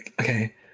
Okay